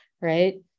right